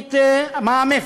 תוכנית מע"מ אפס,